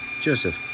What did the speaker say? Joseph